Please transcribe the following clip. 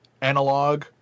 analog